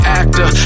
actor